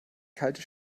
kalte